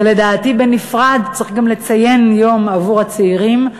ולדעתי בנפרד צריך גם לציין יום עבור הצעירים,